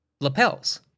lapels